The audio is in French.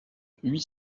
huit